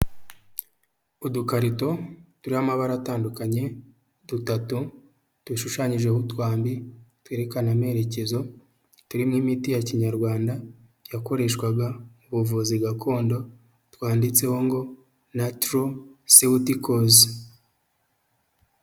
Udukarito tw'amabara atandukanye dutatu dushushanyijeho utwambi twerekana amerekezo turimo' imiti ya kinyarwanda yakoreshwaga mu buvuzi gakondo twanditseho ngo na tro seudicas.